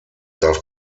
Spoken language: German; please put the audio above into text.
darf